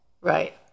Right